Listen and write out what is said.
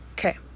Okay